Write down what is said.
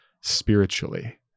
spiritually